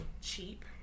cheap